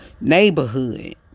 neighborhood